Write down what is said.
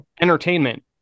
entertainment